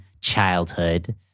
childhood